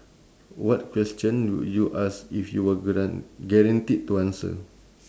what question would you ask if you were guar~ guaranteed to answer